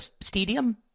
stadium